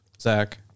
Zach